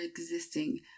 existing